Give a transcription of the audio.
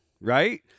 right